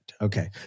Okay